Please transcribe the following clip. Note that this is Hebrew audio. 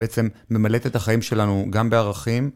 בעצם ממלאת את החיים שלנו גם בערכים.